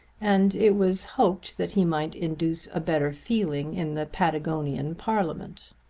and it was hoped that he might induce a better feeling in the patagonian parliament.